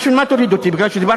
אתה מוזמן לסיים, כי זמנך תם.